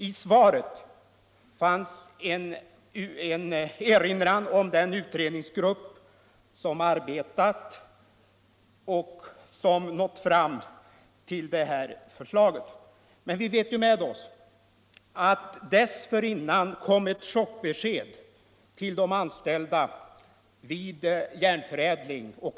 I svaret fanns en erinran om den utredningsgrupp som arbetat och som nått fram till det aktuella förslaget. Vi vet emellertid att dessförinnan kom ett chockbesked till de anställda vid AB Järnförädling.